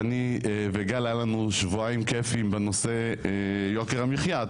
והיו לנו שבועיים כיפיים בנושא יוקר המחיה,